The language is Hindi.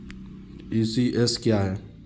ई.सी.एस क्या है?